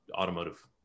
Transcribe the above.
automotive